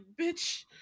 bitch